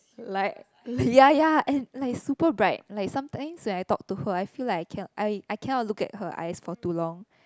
like ya ya and like super bright like sometimes when I talk to her I feel like can I I cannot look to her eyes for too long